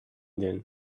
din